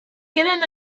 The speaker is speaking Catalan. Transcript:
queden